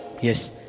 Yes